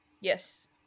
Yes